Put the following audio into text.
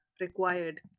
required